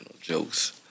jokes